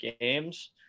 games –